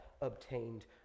obtained